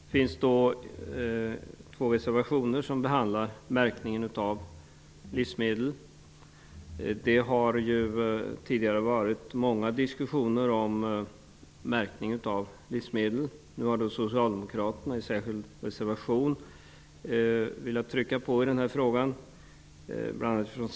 Det finns två reservationer som behandlar märkningen av livsmedel. Det har tidigare förts många diskussioner om märkning av livsmedel. Nu har Socialdemokraterna i en särskild reservation velat betona vikten av detta.